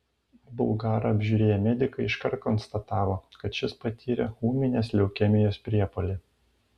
bulgarą apžiūrėję medikai iškart konstatavo kad šis patyrė ūminės leukemijos priepuolį